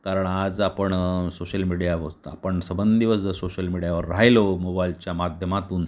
कारण आज आपण सोशल मीडिया आपण सबंध दिवस जर सोशल मीडीयावर राहिलो मोबाईलच्या माध्यमातून